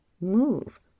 move